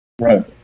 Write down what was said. Right